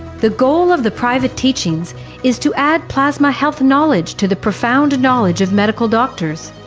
the goal of the private teachings is to add plasma health knowledge to the profound knowledge of medical doctors.